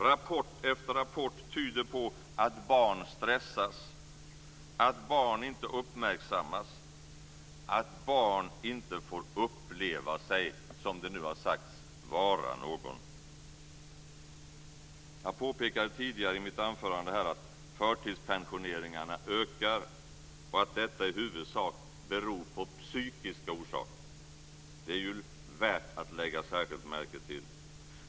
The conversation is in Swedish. Rapport efter rapport tyder på att barn stressas, att barn inte uppmärksammas, att barn inte får uppleva sig - som det nu har sagts - vara någon. Jag påpekade tidigare i mitt anförande att förtidspensioneringarna ökar och att detta i huvudsak har psykiska orsaker. Det är värt att särskilt lägga märke till.